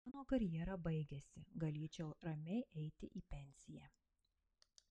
mano karjera baigiasi galėčiau ramiai eiti į pensiją